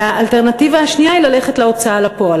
האלטרנטיבה השנייה היא ללכת להוצאה לפועל.